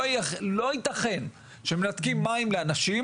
לא יתכן שמנתקים מים לאנשים